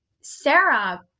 Sarah